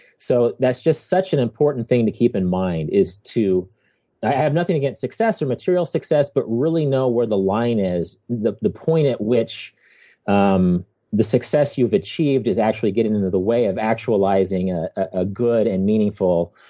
so that's just such an important thing to keep in mind, is to i have nothing against success or material success, but really know where the line is, the the point at which um the success you've achieved is actually getting in and the way of actualizing a ah good and meaningful